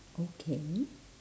okay